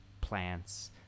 plants